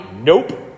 Nope